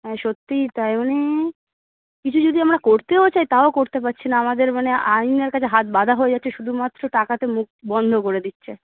হ্যাঁ সত্যিই তাই মানে কিছু যদি আমরা করতেও চাই তাও করতে পারছি না আমাদের মানে আইনের কাছে হাত বাঁধা হয়ে যাচ্ছে শুধুমাত্র টাকাতে মুখ বন্ধ করে দিচ্ছে